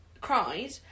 Cried